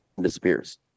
disappears